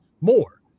more